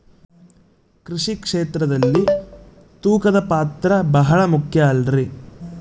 ಕೃಷಿ ಕ್ಷೇತ್ರದಲ್ಲಿ ತೂಕದ ಪಾತ್ರ ಬಹಳ ಮುಖ್ಯ ಅಲ್ರಿ?